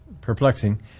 perplexing